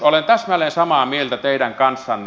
olen täsmälleen samaa mieltä teidän kanssanne